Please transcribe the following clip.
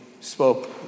spoke